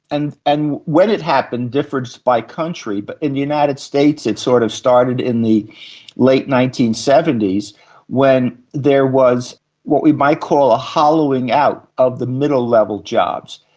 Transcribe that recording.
and and when it happened differs by country, but in the united states it sort of started in the late nineteen seventy s when there was what we might call a hollowing out of the middle level jobs.